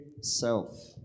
self